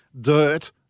dirt